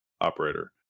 operator